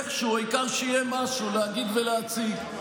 איכשהו, העיקר שיהיה משהו להגיד ולהציג.